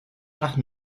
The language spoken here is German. nach